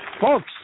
Folks